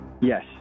Yes